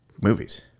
movies